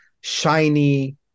shiny